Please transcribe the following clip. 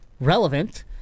relevant